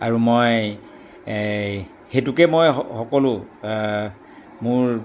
আৰু মই সেইটোকে মই সকলো মোৰ